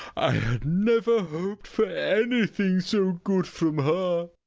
i had never hoped for anything so good from her.